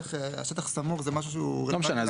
שטח סמוך זה משהו שהוא רלוונטי --- לא משנה.